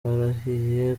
barahiye